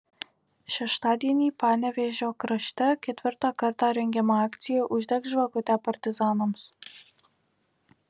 šeštadienį panevėžio krašte ketvirtą kartą rengiama akcija uždek žvakutę partizanams